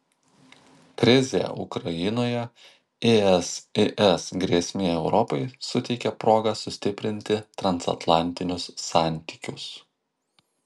krizė ukrainoje isis grėsmė europai suteikia progą sustiprinti transatlantinius santykius